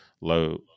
low